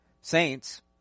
Saints